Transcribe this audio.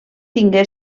tingué